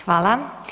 Hvala.